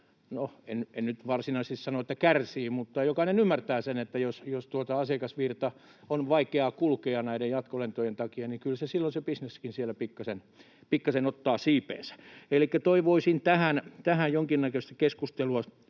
en nyt varsinaisesti sano, että kärsii, mutta jokainen ymmärtää sen, että jos asiakasvirran on vaikeaa kulkea näiden jatkolentojen takia, niin kyllä silloin se bisneskin siellä pikkaisen ottaa siipeensä. Elikkä toivoisin tähän jonkinnäköistä keskustelua